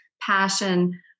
passion